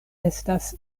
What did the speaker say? estas